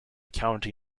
county